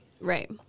Right